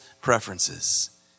preferences